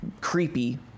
creepy